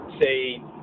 say